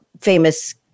famous